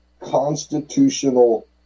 constitutional